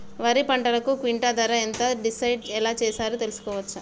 వరి పంటకు క్వింటా ధర ఎంత డిసైడ్ ఎలా చేశారు తెలుసుకోవచ్చా?